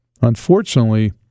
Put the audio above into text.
Unfortunately